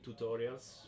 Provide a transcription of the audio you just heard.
tutorials